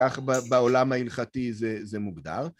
כך בעולם ההלכתי זה זה מוגדר.